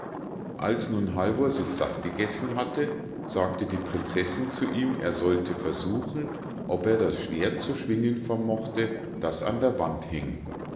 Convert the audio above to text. als nun halvor sich satt gegessen hatte sagte die prinzessinn zu ihm er sollte versuchen ob er das schwert zu schwingen vermöchte das an der wand hing